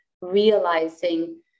realizing